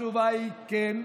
התשובה היא כן.